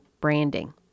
branding